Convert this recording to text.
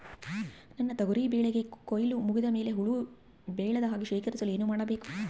ನನ್ನ ತೊಗರಿ ಬೆಳೆಗೆ ಕೊಯ್ಲು ಮುಗಿದ ಮೇಲೆ ಹುಳು ಬೇಳದ ಹಾಗೆ ಶೇಖರಿಸಲು ಏನು ಮಾಡಬೇಕು?